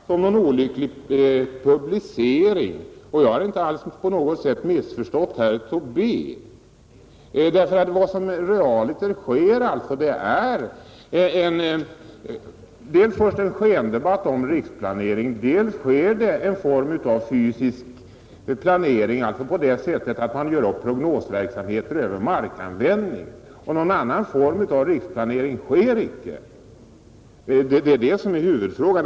Herr talman! Det handlar inte alls om någon olycklig publicering, och jag har inte på något sätt missförstått herr Tobé. Vad som realiter sker är att det dels förs en skendebatt om riksplanering, dels sker en form av fysisk riksplanering på det sättet att man gör upp prognoser över markanvändning. Någon annan form av riksplanering sker inte. Det är huvudfrågan.